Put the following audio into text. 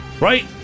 Right